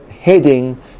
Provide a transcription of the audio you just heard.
heading